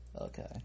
Okay